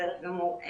בסדר גמור.